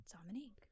Dominique